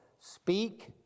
speak